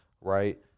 right